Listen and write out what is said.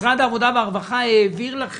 משרד העבודה והרווחה העביר את